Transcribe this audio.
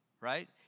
right